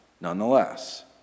nonetheless